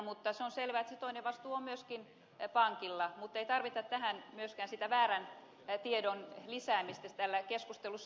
mutta se on selvää että se toinen vastuu on myöskin pankilla mutta ei tarvita tähän myöskään sitä väärän tiedon lisäämistä täällä keskustelussa